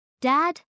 Dad